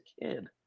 kid